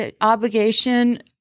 obligation